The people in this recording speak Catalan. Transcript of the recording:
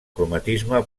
cromatisme